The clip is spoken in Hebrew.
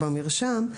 במרשם.